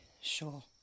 sure